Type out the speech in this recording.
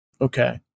Okay